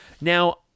Now